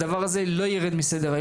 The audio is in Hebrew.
הדבר הזה לא ירד מסדר-היום.